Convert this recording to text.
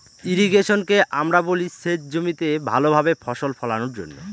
ইর্রিগেশনকে আমরা বলি সেচ জমিতে ভালো ভাবে ফসল ফোলানোর জন্য